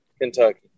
Kentucky